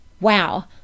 Wow